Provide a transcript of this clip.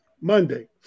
Monday